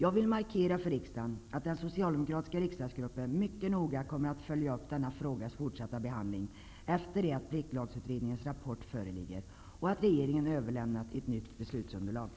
Jag vill för riksdagen markera att den socialdemokratiska riksdagsgruppen mycket noga kommer att följa upp denna frågas fortsatta behandling efter det att pliktlagsutredningens rapport föreligger och regeringen överlämnat ett nytt beslutsunderlag.